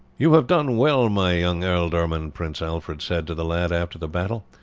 you have done well, my young ealdorman, prince alfred said to the lad after the battle.